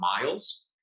miles